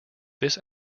this